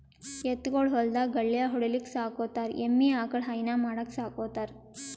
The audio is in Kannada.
ಎತ್ತ್ ಗೊಳ್ ಹೊಲ್ದಾಗ್ ಗಳ್ಯಾ ಹೊಡಿಲಿಕ್ಕ್ ಸಾಕೋತಾರ್ ಎಮ್ಮಿ ಆಕಳ್ ಹೈನಾ ಮಾಡಕ್ಕ್ ಸಾಕೋತಾರ್